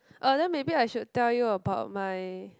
uh then maybe I should tell you about my